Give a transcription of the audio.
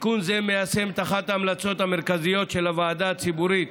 תיקון זה מיישם את אחת ההמלצות המרכזיות של הוועדה הציבורית